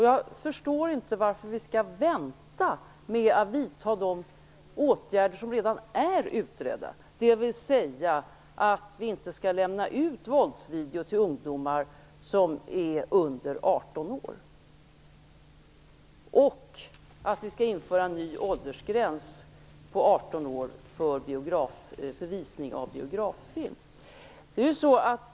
Jag förstår inte varför vi skall vänta med att vidta de åtgärder som redan är utredda, dvs. att våldsvideofilmer inte skall lämnas ut till ungdomar som är under 18 år och att en ny åldersgräns på 18 år skall införas för visning av biograffilm.